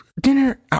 dinner